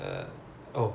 who is janani